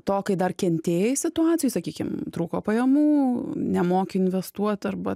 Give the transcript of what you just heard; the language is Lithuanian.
to kai dar kentėjai situacijoj sakykim trūko pajamų nemoki investuot arba